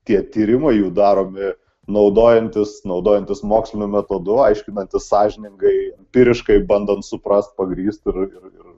tie tyrimai jų daromi naudojantis naudojantis moksliniu metodu aiškinantis sąžiningai empiriškai bandant suprast pagrįst ir ir